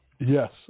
yes